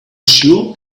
sure